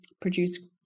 produce